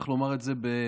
צריך לומר את זה בגאווה.